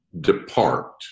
depart